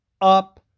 up